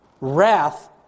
Wrath